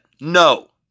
No